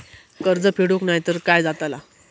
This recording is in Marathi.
कर्ज फेडूक नाय तर काय जाताला?